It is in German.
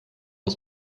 aus